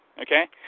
Okay